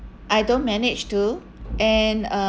I don't manage too and uh